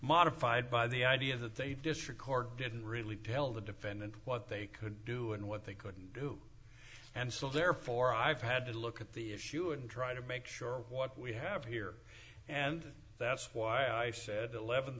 modified by the idea that they district court didn't really tell the defendant what they could do and what they couldn't do and so therefore i've had to look at the issue and try to make sure what we have here and that's why i said eleven th